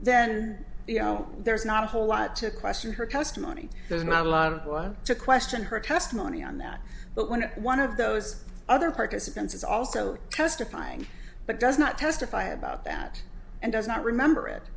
then you know there's not a whole lot to question her custom money there's not a lot of one to question her testimony on that but when one of those other participants is also testifying but does not testify about that and does not remember it